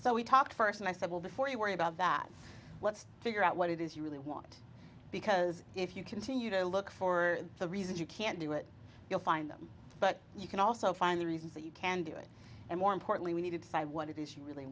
so we talked first and i said well before you worry about that let's figure out what it is you really want because if you continue to look for the reasons you can't do it you'll find them but you can also find the reasons that you can do it and more importantly we need to decide what it is you really